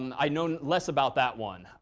i know less about that one.